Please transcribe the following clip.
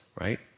right